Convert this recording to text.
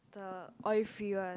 the oil free one